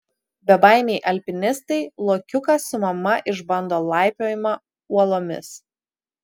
bebaimiai alpinistai lokiukas su mama išbando laipiojimą uolomis